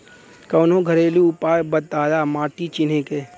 कवनो घरेलू उपाय बताया माटी चिन्हे के?